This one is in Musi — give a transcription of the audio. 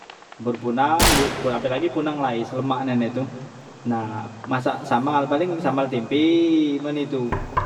Campur punang gek pe apelagi punang lais lemak nian he tu, nah masak sambal paling sambal tempe man itu.